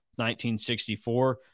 1964